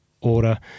order